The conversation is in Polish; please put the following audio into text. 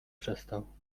przestał